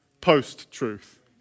Post-truth